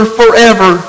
forever